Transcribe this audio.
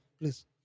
please